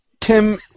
Tim